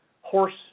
horse